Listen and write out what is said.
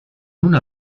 una